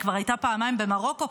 היא כבר הייתה פעמיים במרוקו.